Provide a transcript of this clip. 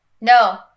No